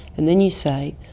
and then you say,